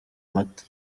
mata